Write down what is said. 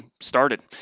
started